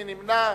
מי נמנע?